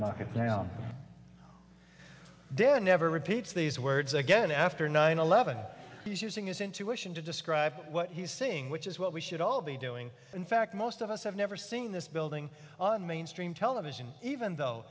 knock it down then never repeats these words again after nine eleven he's using his intuition to describe what he's seeing which is what we should all be doing in fact most of us have never seen this building on mainstream television even though